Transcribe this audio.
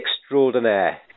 extraordinaire